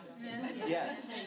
Yes